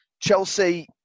Chelsea